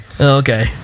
Okay